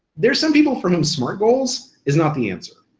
there's some people for whom smart goals is not the answer.